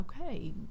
okay